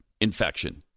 infection